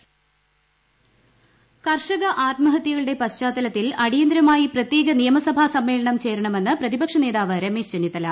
രമേശ് ചെന്നിത്തല കർഷക ആത്മഹത്യകളുടെ പശ്ചാത്തലത്തിൽ അടിയന്തരമായി പ്രത്യേക നിയമസഭാ സമ്മേളനം ചേരണമെന്ന് പ്രതിപക്ഷ നേതാവ് രമേശ് ചെന്നിത്തല